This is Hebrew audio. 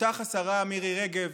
אותך, השרה מירי רגב,